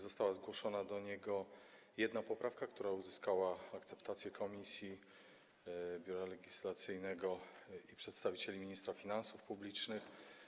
Została zgłoszona do niego jedna poprawka, która uzyskała akceptację komisji, Biura Legislacyjnego i przedstawicieli ministra finansów publicznych.